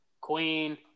Queen